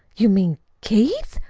you mean keith?